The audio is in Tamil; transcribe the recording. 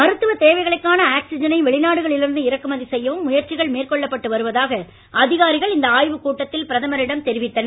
மருத்துவ தேவைகளுக்கான ஆக்சிஜனை வெளிநாடுகளில் இருந்து இறக்குமதி செய்யவும் முயற்சிகள் மேற்கொள்ளப்பட்டு வருவதாக அதிகாரிகள் இந்த ஆய்வுக் கூட்டத்தில் பிரதமரிடம் தெரிவித்தனர்